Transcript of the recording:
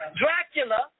Dracula